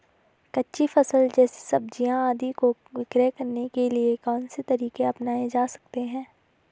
कच्ची फसल जैसे सब्जियाँ आदि को विक्रय करने के लिये कौन से तरीके अपनायें जा सकते हैं?